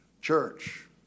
church